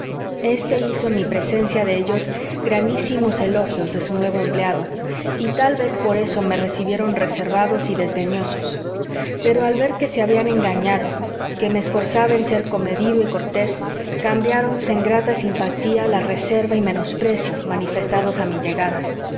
este hizo en presencia de ellos grandísimos elogios de su nuevo empleado y tal vez por eso me recibieron reservados y desdeñosos pero al ver que se habían engañado que me esforzaba en ser comedido y cortés cambiáronse en grata simpatía la reserva y menosprecio manifestados a mi llegada